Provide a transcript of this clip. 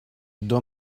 dans